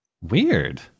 Weird